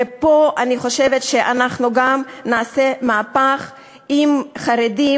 ופה אני חושבת שאנחנו נעשה מהפך אם חרדים